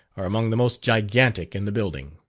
are among the most gigantic in the building.